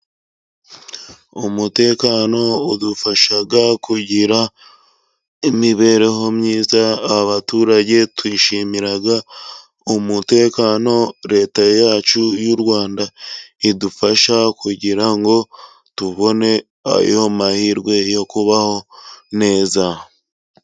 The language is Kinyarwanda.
Umutekano udufasha kugira imibereho myiza, abaturage twishimira umutekano leta yacu y'urwanda idufasha ,kugira ngo tubone ayo mahirwe yo kubaho neza.